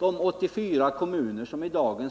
Det är 84 kommuner som i dag